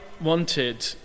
wanted